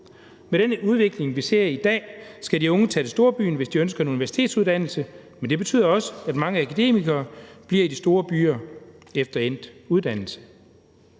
Med den udvikling, vi ser i dag, skal de unge tage til storbyen, hvis de ønsker en universitetsuddannelse, men det betyder også, at mange akademikere bliver i de store byer efter endt uddannelse.